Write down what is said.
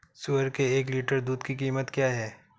सुअर के एक लीटर दूध की कीमत क्या है?